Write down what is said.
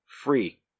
free